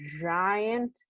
giant